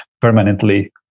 permanently